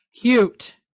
cute